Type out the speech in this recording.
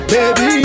Baby